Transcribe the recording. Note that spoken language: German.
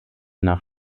nach